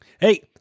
hey